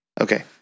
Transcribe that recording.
Okay